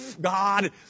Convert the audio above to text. God